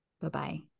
Bye-bye